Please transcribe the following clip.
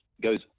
goes